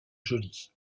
jolie